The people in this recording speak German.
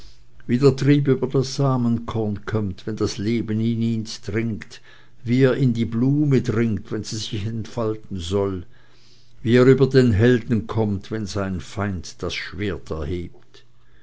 der trieb über das samenkorn kömmt wenn das leben in ihns dringt wie er in die blume dringt wenn sie sich entfalten soll wie er über den helden kömmt wenn sein feind das schwert erhebt